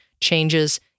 changes